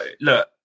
Look